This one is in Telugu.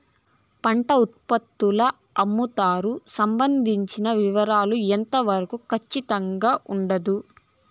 పంట ఉత్పత్తుల అమ్ముతారు సంబంధించిన వివరాలు ఎంత వరకు ఖచ్చితంగా ఉండదు?